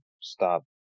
stop